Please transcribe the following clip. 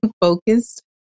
focused